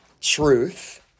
truth